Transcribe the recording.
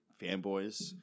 fanboys